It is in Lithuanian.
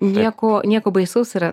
nieko nieko baisaus yra